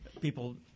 people –